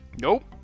Nope